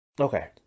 Okay